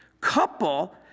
couple